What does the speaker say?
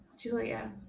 Julia